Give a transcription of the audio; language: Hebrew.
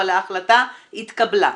אבל ההחלטה התקבלה.